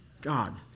God